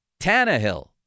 Tannehill